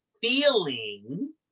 feeling